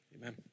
Amen